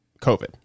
COVID